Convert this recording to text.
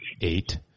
eight